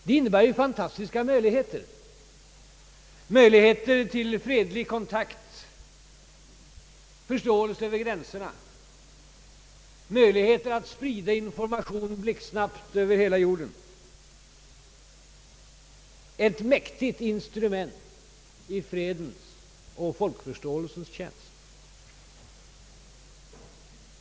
Det innebär ju fantastiska möjligheter till fredliga kontakter, förståelse över gränserna, möjligheter att sprida information blixtsnabbt över hela jorden. Det kan bli ett mäktig instrument i fredens och folkförståelsens tjänst.